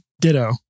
ditto